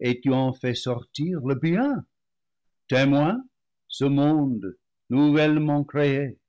et tu en fais sortir le bien témoin ce monde nouvellement créé